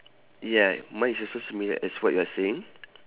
yeah mine is also similar as what you are saying